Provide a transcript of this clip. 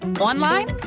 online